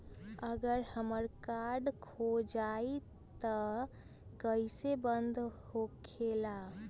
अगर हमर कार्ड खो जाई त इ कईसे बंद होकेला?